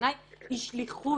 שבעיניי היא שליחות,